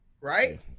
right